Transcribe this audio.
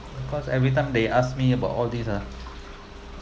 because every time they ask me about all these ah